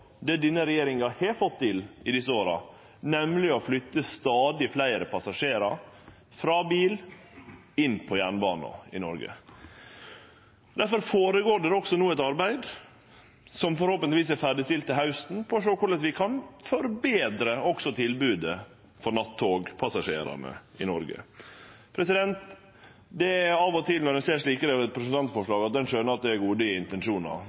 det denne regjeringa har fått til i desse åra, nemleg å flytte stadig fleire passasjerar frå bil og over på jernbane i Noreg. Difor går det også no føre seg eit arbeid – som forhåpentlegvis er ferdigstilt til hausten – med å sjå på korleis vi kan forbetre også tilbodet for nattogpassasjerane i Noreg. Av og til når ein ser slike representantforslag, skjønar ein at det er gode intensjonar.